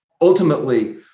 ultimately